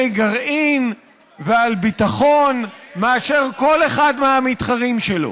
גרעין ועל ביטחון מאשר כל אחד מהמתחרים שלו.